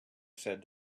said